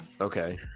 Okay